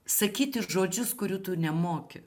sakyti žodžius kurių tu nemoki